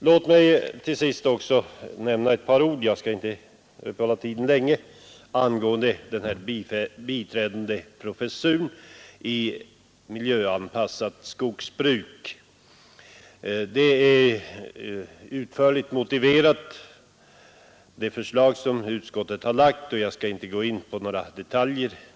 Låt mig också säga ett par ord — jag skall inte uppta tiden länge — angående den biträdande professuren i miljöanpassat skogsbruk. Det förslag som utskottet har lagt fram är utförligt motiverat, och jag skall inte gå in på några detaljer.